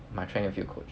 my track and field coach